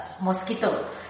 mosquito